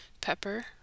Pepper